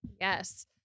Yes